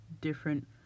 different